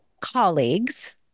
colleagues